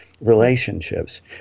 relationships